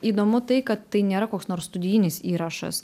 įdomu tai kad tai nėra koks nors studijinis įrašas